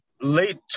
late